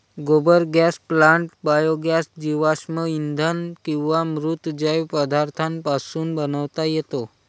गोबर gas plant biogas जीवाश्म इंधन किंवा मृत जैव पदार्थांपासून बनवता येतो